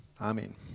Amen